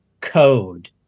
code